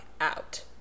out